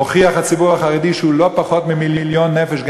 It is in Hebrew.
הוכיח הציבור החרדי שהוא לא פחות ממיליון נפש,